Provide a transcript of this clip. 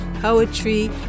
poetry